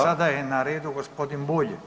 Sada je na redu g. Bulj.